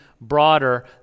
broader